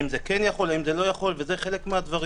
זה חלק מהדברים